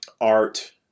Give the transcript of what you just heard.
art